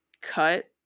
cut